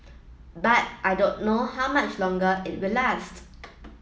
but I don't know how much longer it will last